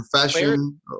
profession